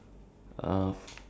as a part time lah